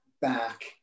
back